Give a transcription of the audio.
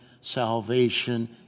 salvation